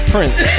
Prince